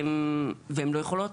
והן לא יכולות,